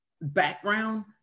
background